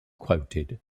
quoted